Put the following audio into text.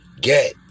get